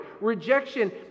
Rejection